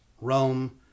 Rome